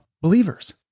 believers